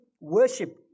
worship